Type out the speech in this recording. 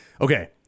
Okay